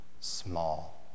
Small